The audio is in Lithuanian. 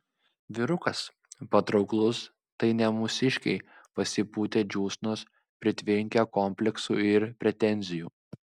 vyrukas patrauklus tai ne mūsiškiai pasipūtę džiūsnos pritvinkę kompleksų ir pretenzijų